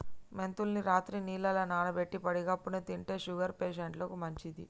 మెంతుల్ని రాత్రి నీళ్లల్ల నానబెట్టి పడిగడుపున్నె తింటే షుగర్ పేషంట్లకు మంచిది